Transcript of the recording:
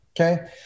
Okay